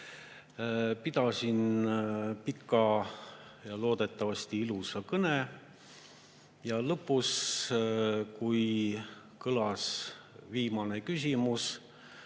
Pidasin pika ja loodetavasti ilusa kõne. Lõpus, kui oli kõlanud viimane küsimus,